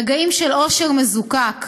רגעים של אושר מזוקק.